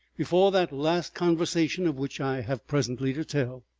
before that last conversation of which i have presently to tell.